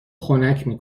خنک